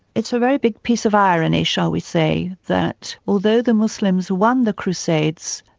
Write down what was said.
it's a very big piece of irony, shall we say, that although the muslims won the crusades,